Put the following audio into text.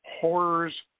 Horrors